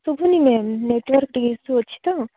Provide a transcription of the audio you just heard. ଶୁଭୁନି ma'am network ଟିକେ issue ଅଛି ତ